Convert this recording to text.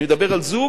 אני מדבר על זוג,